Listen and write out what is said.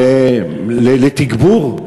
לתגבור.